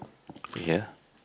put here